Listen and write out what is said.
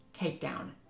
takedown